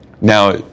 Now